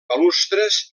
balustres